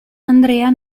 andrea